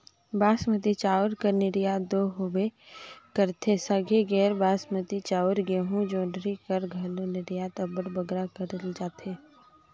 बासमती चाँउर कर निरयात दो होबे करथे संघे गैर बासमती चाउर, गहूँ, जोंढरी कर घलो निरयात अब्बड़ बगरा करल जाथे